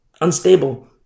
unstable